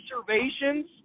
observations